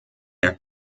her